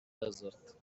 desert